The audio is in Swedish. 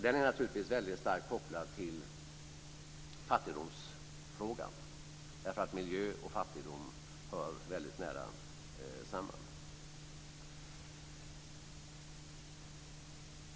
Den är naturligtvis väldigt starkt kopplad till fattigdomsfrågan, därför att miljö och fattigdom hör väldigt nära samman.